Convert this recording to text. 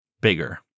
bigger